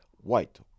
white